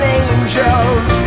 angels